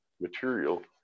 material